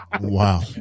Wow